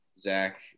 Zach